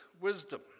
wisdom